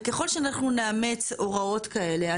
וככל שאנחנו נאמץ הוראות כאלה,